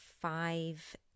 five